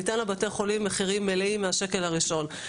ניתן לבתי החולים מחירים מלאים מהשקל הראשון,